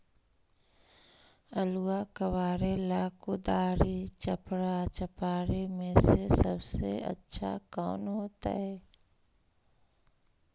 आलुआ कबारेला कुदारी, चपरा, चपारी में से सबसे अच्छा कौन होतई?